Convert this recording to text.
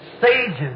sages